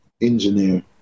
engineer